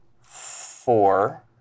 four